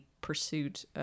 pursuit